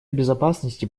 безопасности